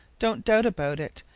don't doubt about it.